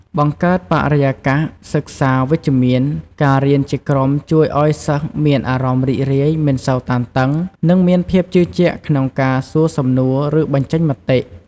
បង្កើតបរិយាកាសសិក្សាវិជ្ជមាន ការរៀនជាក្រុមជួយឲ្យសិស្សមានអារម្មណ៍រីករាយ មិនសូវតានតឹង និងមានភាពជឿជាក់ក្នុងការសួរសំណួរ ឬបញ្ចេញមតិ។